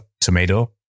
Tomato